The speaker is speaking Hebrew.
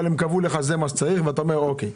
אבל הם קבעו לך שזה מה שצריך ואתה אומר בסדר.